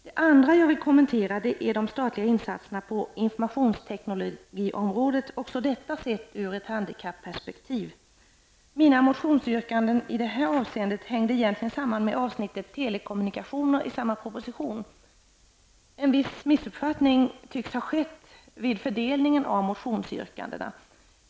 Den andra saken som jag vill kommentera är de statliga insatserna på informationsteknologiområdet, också detta sett ur ett handikapperspektiv. Mina motionsyrkanden i detta avseende hängde egentligen samman med avsnittet telekommunikationer i samma proposition. En viss missuppfattning tycks ha skett vid fördelningen av motionsyrkandena.